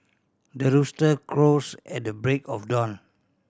the rooster crows at the break of dawn